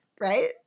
Right